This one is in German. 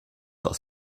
aus